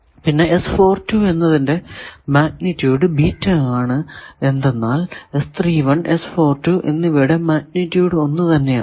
പിന്നെ എന്നതിന്റെ magnitude beta ആണ് എന്തെന്നാൽ എന്നിവയുടെ മാഗ്നിറ്റൂഡ് ഒന്ന് തന്നെ ആണ്